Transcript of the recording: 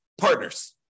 partners